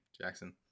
Jackson